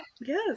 Yes